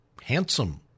handsome